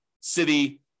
city